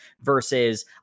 versus